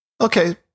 Okay